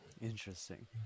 Interesting